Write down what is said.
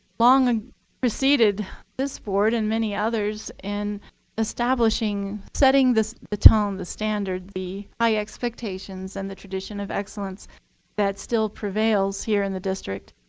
long preceded this board and many others in establishing setting the tone, the standard, the high expectations, and the tradition of excellence that still prevails here in the district.